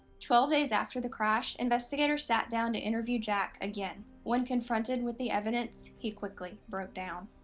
twelve days after the crash, investigators sat down to interview jack again. when confronted with the evidence, he quickly broke down.